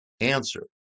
answer